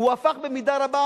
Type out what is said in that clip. הוא הפך במידה רבה,